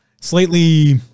Slightly